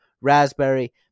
raspberry